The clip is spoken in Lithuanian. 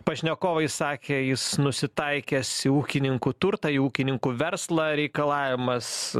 pašnekovai sakė jis nusitaikęs į ūkininkų turtą į ūkininkų verslą reikalavimas